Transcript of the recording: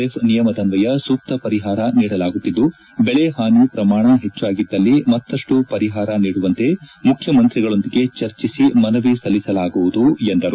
F ನಿಯಮದನ್ವಯ ಪರಿಹಾರ ನೀಡಲಾಗುತ್ತಿದ್ದು ಬೆಳೆ ಹಾನಿ ಪ್ರಮಾಣ ಹೆಚ್ಚಾಗಿದ್ದಲ್ಲಿ ಮತ್ತಷ್ಟು ಪರಿಹಾರ ನೀಡುವಂತೆ ಮುಖ್ಯಮಂತ್ರಿಗಳೊಂದಿಗೆ ಚರ್ಚಿಸಿ ಮನವಿ ಸಲ್ಲಿಸಲಾಗುವುದು ಎಂದರು